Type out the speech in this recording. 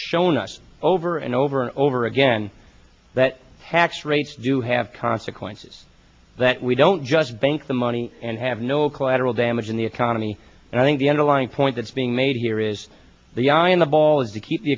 shown us over and over and over again that hacks rates do have consequences that we don't just bank the money and have no collateral damage in the economy and i think the underlying point that's being made here is the eye on the ball is to keep the